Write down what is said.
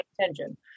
attention